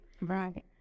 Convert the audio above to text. right